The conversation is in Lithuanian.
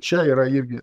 čia yra irgi